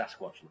Sasquatch